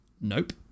nope